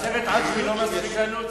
הסרט "עג'מי" לא מספיק לנו.